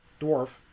dwarf